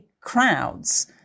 crowds